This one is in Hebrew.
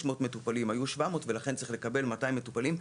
מטופלים והיו 700 ולכן הם צריכים לקבל 200 מטופלים.